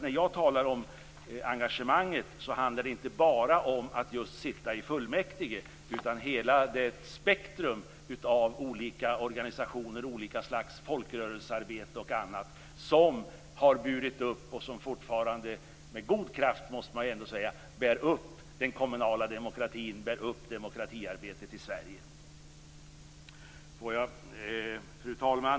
När jag talar om engagemanget handlar det inte bara om att just sitta i fullmäktige, utan om hela det spektrum av olika organisationer, folkrörelsearbete och annat som har burit upp den kommunala demokratin och som fortfarande med god kraft bär upp demokratiarbetet i Sverige. Fru talman!